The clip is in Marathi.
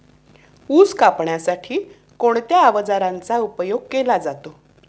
ऊस कापण्यासाठी कोणत्या अवजारांचा उपयोग केला जातो?